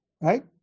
Right